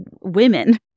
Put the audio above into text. women